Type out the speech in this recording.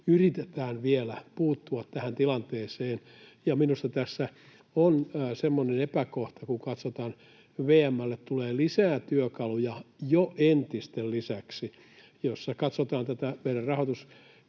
yritetään vielä puuttua tähän tilanteeseen. Minusta tässä on semmoinen epäkohta, että VM:lle tulee lisää työkaluja jo entisten lisäksi. Jos katsotaan tätä meidän rahoituskehystä,